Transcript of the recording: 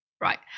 Right